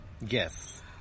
Yes